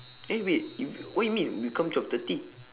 eh wait you what you mean we come twelve thirty